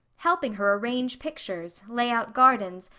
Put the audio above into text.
helping her arrange pictures, lay out gardens,